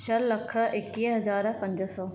छह लख एकवीह हज़ार पंज सौ